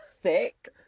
sick